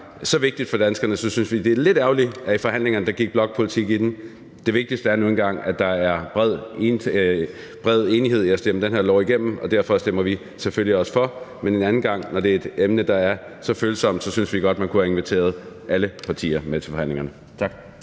så vigtigt for danskerne, synes vi, det er lidt ærgerligt, at der gik blokpolitik i den i forhandlingerne. Det vigtigste er nu engang, at der er bred enighed om at stemme den her lov igennem, og derfor stemmer vi selvfølgelig også for, men en anden gang, når det er et emne, der er så følsomt, synes vi godt, man kunne have inviteret alle partier med til forhandlingerne. Tak.